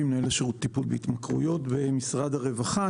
אני מנהל השירות לטיפול בהתמכרויות במשרד הרווחה.